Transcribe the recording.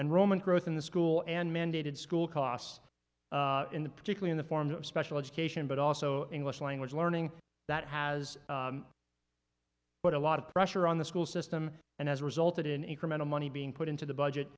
and roman growth in the school and mandated school costs in the particular in the form of special education but also english language learning that has put a lot of pressure on the school system and has resulted in incremental money being put into the